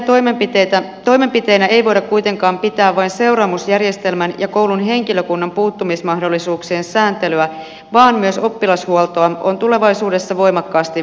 riittävinä toimenpiteinä ei voida kuitenkaan pitää vain seuraamusjärjestelmän ja koulun henkilökunnan puuttumismahdollisuuksien sääntelyä vaan myös oppilashuoltoa on tulevaisuudessa voimakkaasti vahvistettava